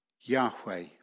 Yahweh